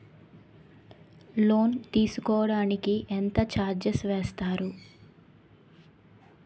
Loan తీసుకోడానికి ఎంత charges వేస్తారు?